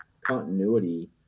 continuity